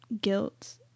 guilt